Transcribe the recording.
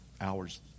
hours